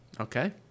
Okay